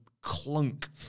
Clunk